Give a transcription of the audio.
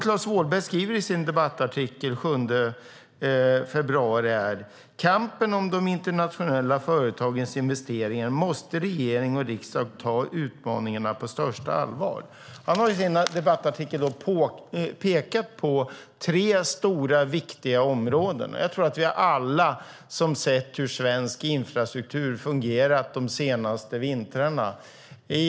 Klas Wåhlberg skriver i sin debattartikel den 7 februari: I kampen om de internationella företagens investeringar måste regering och riksdag ta utmaningarna på största allvar. Han har i sin debattartikel pekat på tre stora och viktiga områden, och jag tror att alla som har sett hur svensk infrastruktur fungerat de senaste vintrarna håller med.